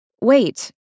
Wait